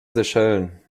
seychellen